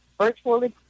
virtual